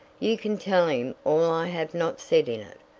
you can tell him all i have not said in it.